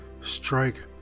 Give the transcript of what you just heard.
strike